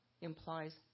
implies